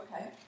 Okay